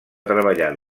treballar